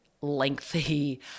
lengthy